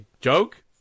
joke